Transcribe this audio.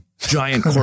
giant